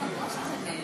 מהחוקים הסוציאליים